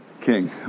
king